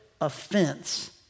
offense